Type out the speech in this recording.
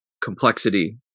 complexity